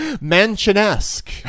Mansion-esque